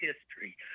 history